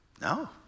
No